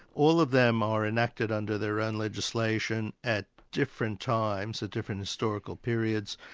all of them are enacted under their own legislation at different times, at different historical periods,